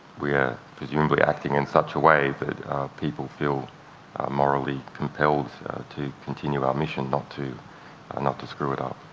we're presumably acting in such a way that people feel morally compelled to continue our mission, not to ah not to screw it up.